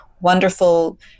wonderful